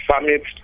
summits